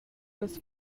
las